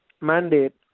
mandate